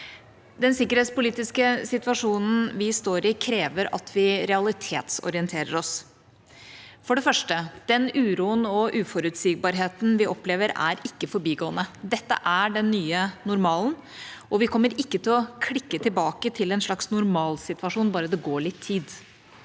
Den sikkerhetspolitiske situasjonen vi står i, krever at vi realitetsorienterer oss. For det første: Den uroen og uforutsigbarheten vi opplever, er ikke forbigående. Dette er den nye normalen, og vi kommer ikke til å klikke tilbake til en slags normalsituasjon bare det går litt tid.